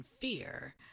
fear